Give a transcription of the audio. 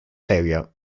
failure